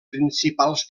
principals